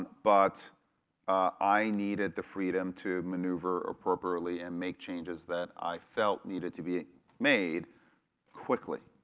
but i needed the freedom to maneuver appropriately and make changes that i felt needed to be made quickly,